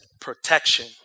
protection